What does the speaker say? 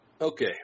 Okay